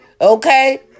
Okay